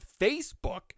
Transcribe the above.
Facebook